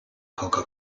coca